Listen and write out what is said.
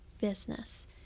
business